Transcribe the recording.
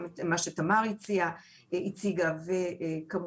גם את מה שתמר פפר הציגה וכמובן,